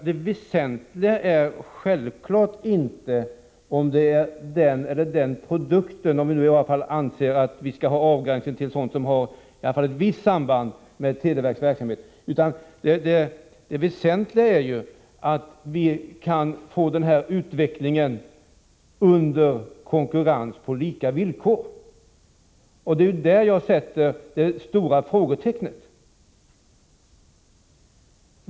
Det väsentliga är självklart inte frågorna kring den ena eller den andra produkten — om vi nu anser att vi skall begränsa oss till sådant som i alla fall har ett visst samband med televerkets verksamhet — utan det väsentliga är att utvecklingen sker under konkurrens på lika vilkor. Det är där jag sätter det stora frågetecknet.